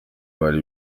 bari